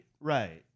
right